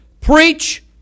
Preach